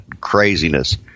craziness